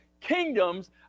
Kingdoms